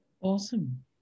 Awesome